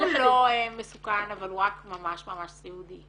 הוא לא מסוכן אבל הוא רק ממש ממש סיעודי?